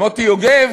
מוטי יוגב